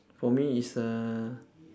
for me is uh